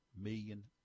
million